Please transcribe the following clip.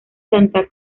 santa